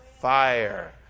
fire